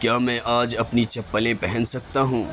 کیا میں آج اپنی چپلیں پہن سکتا ہوں